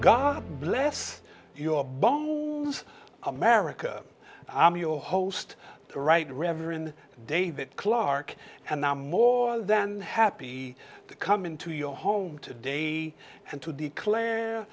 god bless your america i'm your host right reverend david clark and i'm more than happy to come into your home today and to declare